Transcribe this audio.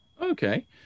Okay